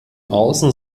außen